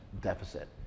deficit